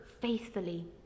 faithfully